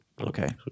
Okay